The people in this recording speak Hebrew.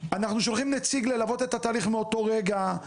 אנחנו שולחים נציג ללוות את התהליך מאותו רגע,